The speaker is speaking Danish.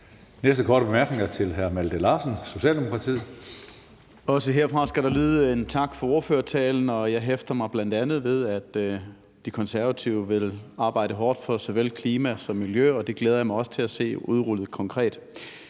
Næste korte bemærkning er til hr. Malte Larsen, Socialdemokratiet. Kl. 14:55 Malte Larsen (S): Også herfra skal der lyde en tak for ordførertalen, og jeg hæfter mig bl.a. ved, at De Konservative vil arbejde hårdt for såvel klima som miljø, og det glæder jeg mig også til at se udrullet konkret.